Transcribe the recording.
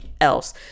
else